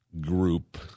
group